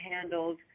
handled